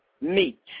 meet